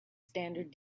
standard